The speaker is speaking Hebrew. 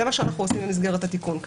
זה מה שאנחנו עושים במסגרת התיקון.